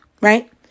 right